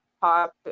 pop